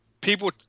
people